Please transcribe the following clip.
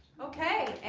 okay